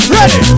Ready